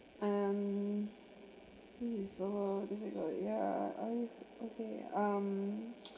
um this is so difficult ya oh okay um